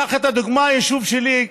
קח את הדוגמה מהיישוב שלי.